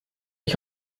ich